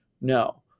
No